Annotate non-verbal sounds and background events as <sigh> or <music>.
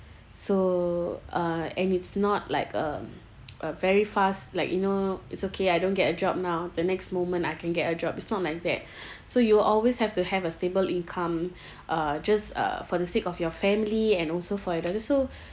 so uh and it's not like um <noise> a very fast like you know it's okay I don't get a job now the next moment I can get a job it's not like that <breath> so you always have to have a stable income uh just uh for the sake of your family and also for it so